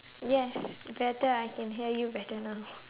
yes better I can hear you better now